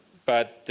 but